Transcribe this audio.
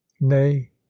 nay